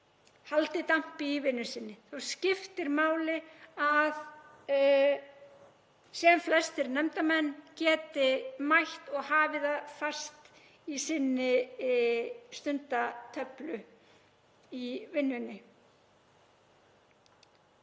haldi dampi í vinnu sinni þá skiptir máli að sem flestir nefndarmenn geti mætt og hafi það fast í sinni stundatöflu í vinnunni.